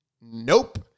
Nope